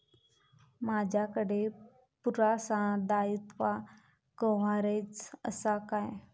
माजाकडे पुरासा दाईत्वा कव्हारेज असा काय?